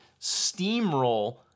steamroll